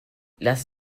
lass